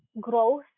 growth